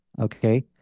okay